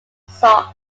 sox